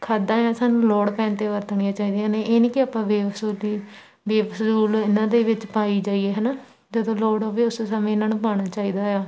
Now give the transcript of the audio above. ਖਾਦਾਂ ਹੈ ਸਾਨੂੰ ਲੋੜ ਪੈਣ 'ਤੇ ਵਰਤਣੀਆਂ ਚਾਹੀਦੀਆਂ ਨੇ ਇਹ ਨਹੀਂ ਕਿ ਆਪਾਂ ਬੇਬਸੂਲੀ ਬੇਫਜ਼ੂਲ ਇਹਨਾਂ ਦੇ ਵਿੱਚ ਪਾਈ ਜਾਈਏ ਹੈ ਨਾ ਜਦੋਂ ਲੋੜ ਹੋਵੇ ਉਸ ਸਮੇਂ ਇਹਨਾਂ ਨੂੰ ਪਾਉਣਾ ਚਾਹੀਦਾ ਆ